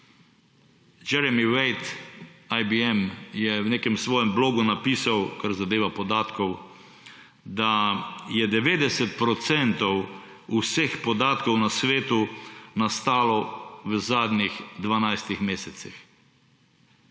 Jeremy Waite, IBM, je v nekem svojem blogu napisal, kar zadeva podatke, da je 90 % vseh podatkov na svetu nastalo v zadnjih 12 mesecih.